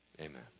Amen